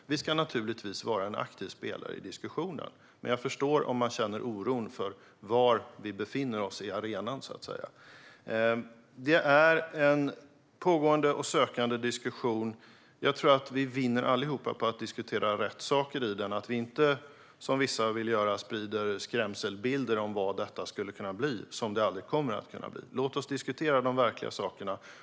Vi ska givetvis vara en aktiv spelare i diskussionen. Men jag förstår om man känner oro för var i arenan vi befinner oss. Det är en pågående och sökande diskussion. Jag tror att vi alla vinner på att diskutera rätt saker i den och att vi inte, som vissa vill göra, sprider skrämselbilder om vad detta skulle kunna bli, som det aldrig kommer att kunna bli. Låt oss diskutera de verkliga sakerna.